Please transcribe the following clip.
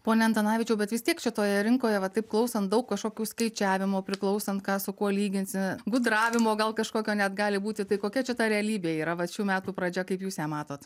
pone antanavičiau bet vis tiek čia toje rinkoje va taip klausant daug kažkokių skaičiavimų priklausant ką su kuo lyginsi gudravimo gal kažkokio net gali būti tai kokia čia ta realybė yra vat šių metų pradžia kaip jūs ją matot